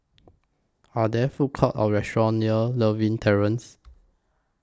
Are There Food Courts Or restaurants near Lewin Terrace